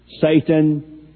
Satan